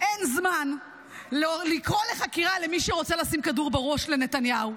אין זמן לקרוא לחקירה למי שרוצה לשים כדור בראש לנתניהו,